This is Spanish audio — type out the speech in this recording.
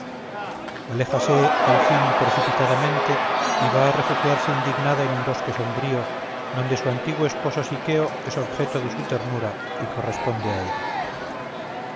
aléjase al fin precipitadamente y va a refugiarse indignada en un bosque sombrío donde su antiguo esposo siqueo es objeto de su ternura y corresponde a ella